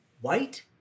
white